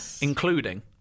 Including